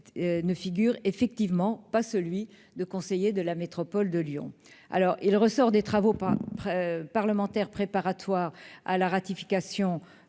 ne figure effectivement pas celui de conseiller de la métropole de Lyon. Il ressort des travaux parlementaires préparatoires à la loi de ratification